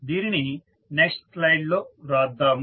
దీనిని next slide లో వ్రాద్దాం